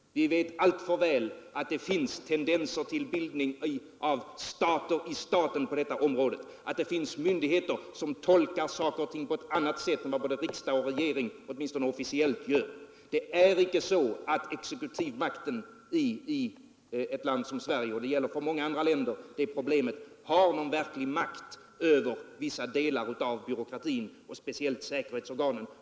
Vi vet alltför väl att det finns tendenser till bildande av stater i staten på detta område, att det finns myndigheter som tolkar saker och ting på ett annat sätt än vad både riksdagen och regeringen åtminstone officiellt gör. Det är icke så att exekutivmakten i ett land som Sverige — och det problemet gäller för många andra länder — har någon verklig makt över vissa delar av byråkratin och speciellt säkerhetsorganen.